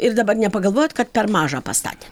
ir dabar nepagalvojat kad per mažą pastatė